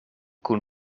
kun